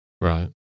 Right